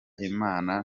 imana